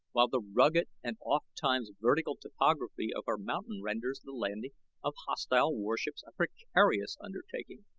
while the rugged and ofttimes vertical topography of our mountain renders the landing of hostile airships a precarious undertaking.